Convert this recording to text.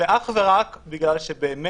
זה אך ורק בגלל שבאמת